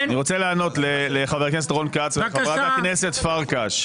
אני רוצה לענות לחבר הכנסת רון כץ ולחברת הכנסת פרקש.